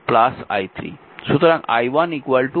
সুতরাং i1 i2 i3